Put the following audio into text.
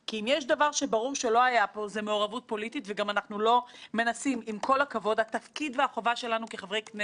זה מצער אותי משום שיש כאן הרבה מסקנות שהן לעזר לרגולטורים ולא כנגדם.